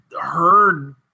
heard